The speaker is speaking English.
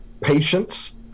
patience